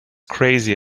crazy